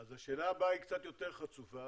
אז השאלה הבאה היא קצת יותר חצופה,